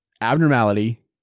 abnormality